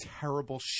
terrible